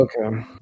Okay